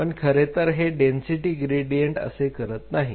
पण खरे तर हे डेन्सिटी ग्रेडियंट असे करत नाहीत